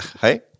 Hey